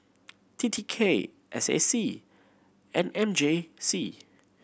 T T K S A C and M J C